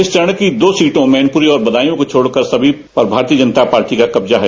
इस चरण की दो सीटों मैनपुरी और बदायूं को छोड़कर सभी पर भारतीय जनता पार्टी का कब्जा है